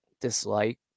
dislike